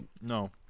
No